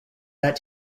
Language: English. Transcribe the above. that